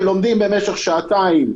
הם לומדים במשך שעתיים,